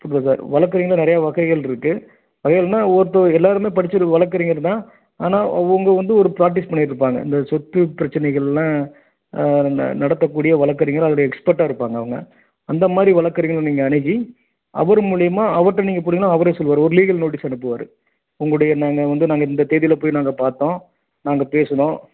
வழக்கறிஞர் நிறைய வகைகள் இருக்கு வகைகள்ன்னா ஒவ்வொருத்தர் எல்லாருமே படிச்சது வழக்கறிஞர் தான் ஆனால் அவங்க வந்து ஒரு பிராக்டிஸ் பண்ணிட்டுருப்பாங்க இந்த சொத்து பிரச்சனைகள்லாம் ந நடத்தக்கூடிய வழக்கறிஞராக அதோடைய எக்ஸ்பெர்ட்டாக இருப்பாங்க அவங்க அந்த மாதிரி வழக்கறிஞர்கள் நீங்கள் அணுகி அவர் மூலியமாக அவர்கிட்ட நீங்கள் போனீங்கன்னா அவரே சொல்லுவார் ஒரு லீகல் நோட்டீஸ் அனுப்புவார் உங்களுடைய நாங்கள் வந்து நாங்கள் இந்த தேதியில் போய் நாங்கள் பார்த்தோம் நாங்கள் பேசினோம்